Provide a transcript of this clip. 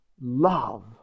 Love